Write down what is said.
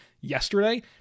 yesterday